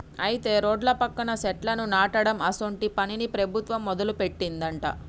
అయితే రోడ్ల పక్కన సెట్లను నాటడం అసోంటి పనిని ప్రభుత్వం మొదలుపెట్టిందట